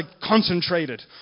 concentrated